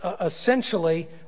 essentially